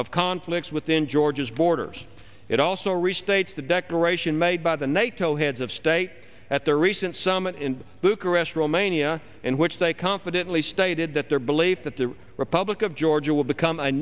of conflicts within georgia's borders it also restates the declaration made by the nato heads of state at the recent summit in bucharest romania in which they confidently stated that their belief that the republic of georgia will become a